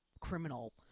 criminal